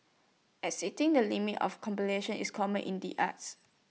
exceeding the limits of competition is common in the arts